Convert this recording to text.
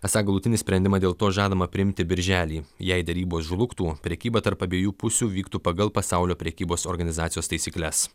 esą galutinį sprendimą dėl to žadama priimti birželį jei derybos žlugtų prekyba tarp abiejų pusių vyktų pagal pasaulio prekybos organizacijos taisykles